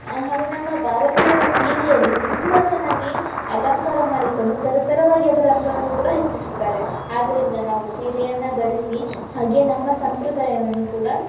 ಹಾಗೇ ನಮ್ಮ ಭಾರತೀಯರ ಸೀರೆಯಲ್ಲಿ ತುಂಬ ಚೆನ್ನಾಗಿ ಅಲಂಕಾರ ಮಾಡಿಕೊಂಡು ಥರಥರವಾಗಿ ಅದರ ಅಂದವನ್ನು ಕೂಡ ಹೆಚ್ಚಿಸುತ್ತಾರೆ ಆದ್ದರಿಂದ ನಾವು ಸೀರೆಯನ್ನು ಧರಿಸಿ ಹಾಗೆ ನಮ್ಮ ಸಂಪ್ರದಾಯವನ್ನು ಕೂಡ